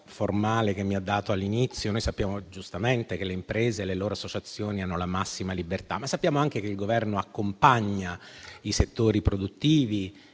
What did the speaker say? formale che mi ha dato all'inizio. Sappiamo giustamente che le imprese e le loro associazioni hanno la massima libertà, ma anche che il Governo accompagna i settori produttivi,